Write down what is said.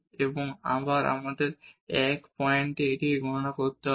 এবং আমাদের 1 পয়েন্টে এটি গণনা করতে হবে